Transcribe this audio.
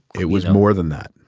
it was more than that.